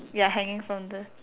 ya hanging from the